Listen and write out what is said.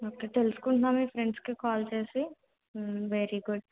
okay తెలుసుకుంటున్నావా మీ ఫ్రెండ్స్కి కాల్ చేసి వెరీ గుడ్